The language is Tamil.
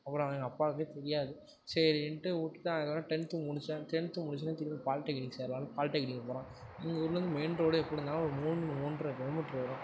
அப்புறம் எங்கள் அப்பாவுக்கே தெரியாது சரின்ட்டு விட்டுட்டேன் அதுக்கப்புறம் டென்த்து முடித்தேன் டென்த்து முடித்தோன்ன திருப்பி பாலிடெக்னிக் சேரலாம்னு பாலிடெக்னிக் போனேன் எங்கூர்லேருந்து மெயின் ரோடு எப்படி இருந்தாலும் ஒரு மூணு மூன்றரை கிலோ மீட்ரு வரும்